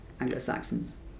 Anglo-Saxons